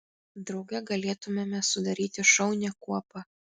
drauge galėtumėme sudaryti šaunią kuopą